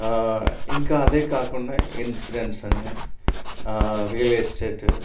ఇంకా అదే కాకుండా ఇన్సూరెన్స్ అని రియల్ ఎస్టేటు